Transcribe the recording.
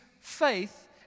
faith